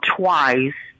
twice